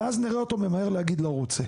ואז נראה אותו ממהר להגיד לא רוצה.